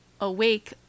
awake